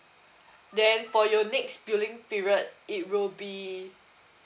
then for your next billing period it will be